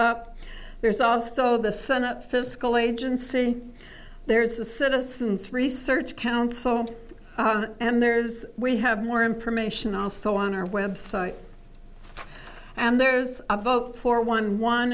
up there's also the senate fiscal agency there's a citizen's research council and there's we have more information also on our website and there's a vote for one one